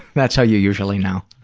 that's how you usually know.